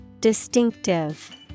Distinctive